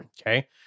okay